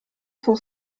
sont